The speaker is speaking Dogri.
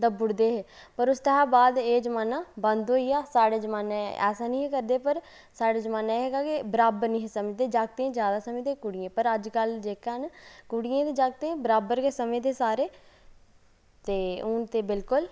दब्बी ओड़दे हे पर उसदे शा बाद एह् जमाना बंद होई गेआ साढ़े जमानै ऐसा नेईं हे करदे पर साढ़े जमानै एह् हा कि बराबर नेईं हे समझदे जागतें ई जैदा समझदे हे कुड़ियें ई पर अजकल जेह्का ऐ नां कुड़ियें ई ते जागतें ई बराबर गै समझदे सारे ते हुन ते बिल्कुल